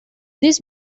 these